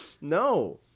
No